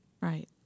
Right